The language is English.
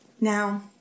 Now